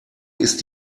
ist